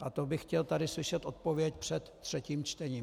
A na to bych chtěl tady slyšet odpověď před třetím čtením.